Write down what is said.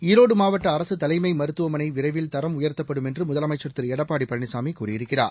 ஈரோடுமாவட்டஅரசுதலைமைமருத்துவமனைவிரைவில் தரம் உயர்த்தப்படும் என்றுமுதலமைச்சர் திரு எடப்பாடிபழனிசாமிகூறியிருக்கிறார்